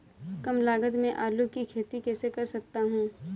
कम लागत में आलू की खेती कैसे कर सकता हूँ?